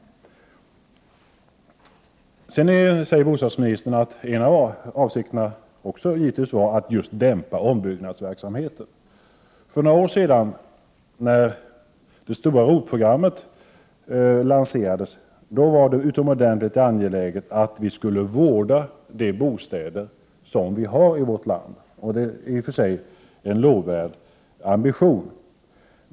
Bostadsministern säger att en avsikterna med detta givetvis var att dämpa ombyggnadsverksamheten. För några år sedan, när det stora ROT-programmet lanserades, var det utomordentligt angeläget att bostäderna i vårt land vårdades. Det är i och för sig en lovvärd ambition.